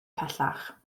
pellach